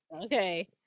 okay